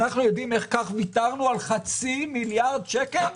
אנחנו ויתרנו על חצי מיליארד שקל?